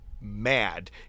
mad